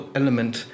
element